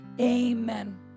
amen